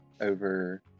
over